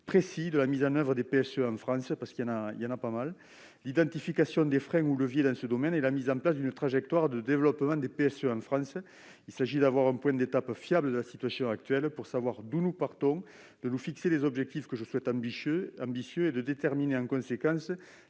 de la mise en oeuvre des PSE en France, de l'identification des freins ou leviers dans ce domaine et de la mise en place d'une trajectoire de développement. Il s'agit d'avoir un point d'étape fiable de la situation actuelle pour savoir d'où nous partons, de nous fixer des objectifs que je souhaite ambitieux et de déterminer en conséquence